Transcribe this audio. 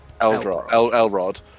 Elrod